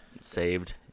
saved